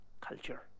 culture